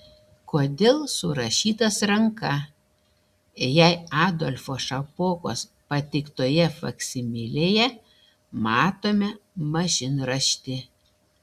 kodėl surašytas ranka jei adolfo šapokos pateiktoje faksimilėje matome mašinraštį